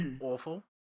awful